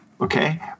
okay